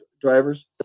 drivers